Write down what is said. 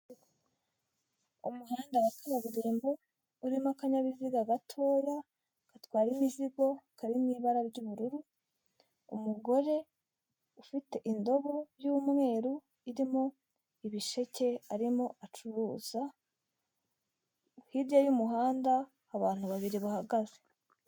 Umuhanda wa kaburimbo urimo akanyayabiziga gatoya gatwara imizigo kari mu ibara ry'ubururu, umugore ufite indobo y'umweru irimo ibisheke arimo acuruza, hirya y'umuhanda abantu babiri bahagaze.